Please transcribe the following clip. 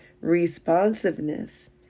responsiveness